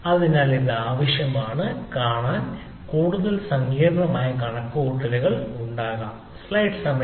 അതിനാൽ അത് ആവശ്യമാണ് കാണാൻ കൂടുതൽ സങ്കീർണ്ണമായ കണക്കുകൂട്ടലുകൾ ഉണ്ടാകാം ശരിയാണ്